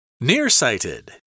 Nearsighted